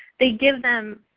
they give them